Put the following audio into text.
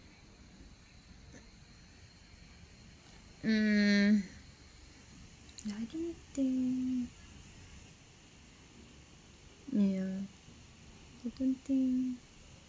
mm I don't think yeah I don't think